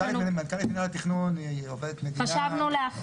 יש לנו ------ מנכ"לית מנהל התכנון היא עובדת מדינה בכירה.